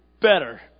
better